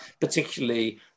particularly